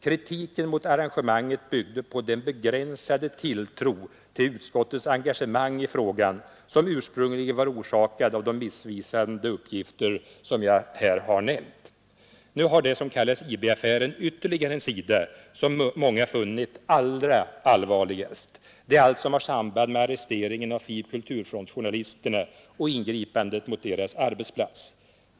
Kritiken mot arrangemanget byggde på den begränsade tilltro till utskottets engagemang i frågan som ursprungligen var orsakad av de missvisande uppgifter som jag här har nämnt. Nu har det som kallas IB-affären ytterligare en sida, som många funnit allra allvarligast. Det är allt som har samband med arresteringen av FiB/Kulturfrontjournalisterna och ingripandet mot deras arbetsplats.